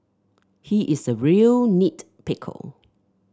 he is a real nit picker